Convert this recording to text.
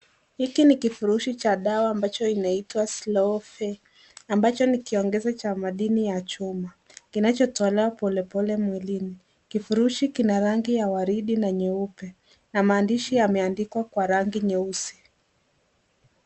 Hiki ni kifurushi cha dawa ambacho inaitwa SlowFe, ambacho ni kiongezo cha madini ya chuma kinachotolewa polepole mwilini. Kifurishi kina rangi ya waridi na nyeupe na maandishi yameandikwa kwa rangi nyeusi.